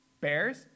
Bears